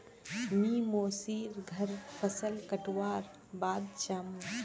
मी मोसी र घर फसल कटवार बाद जामु